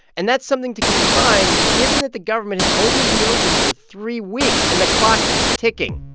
and that's something to keep in mind, given that the government has only reopened for three weeks, and the clock is ticking.